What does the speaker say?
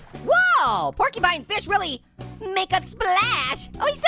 whoa, porcupine fish really make a splash. oh,